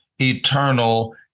eternal